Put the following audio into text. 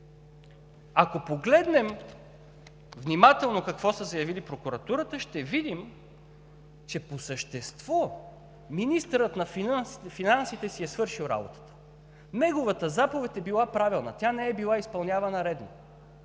Ако погледнем внимателно какво са заявили от Прокуратурата, ще видим, че по същество министърът на финансите си е свършил работата, неговата заповед е била правилна. Тя не е била изпълнявана редно.